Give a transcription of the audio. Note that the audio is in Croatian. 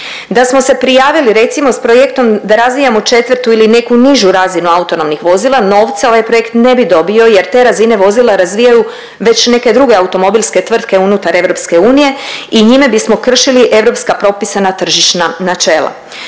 Da smo se prijavili recimo s projektom da razvijamo četvrtu ili neku nižu razinu autonomnih vozila novca ovaj projekt ne bi dobio jer te razine vozila razvijaju već neke druge automobilske tvrtke unutar EU i njime bismo kršili europska propisana tržišna načela.